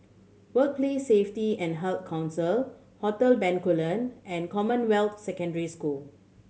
Workplace Safety and Heart Council Hotel Bencoolen and Commonwealth Secondary School